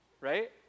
Right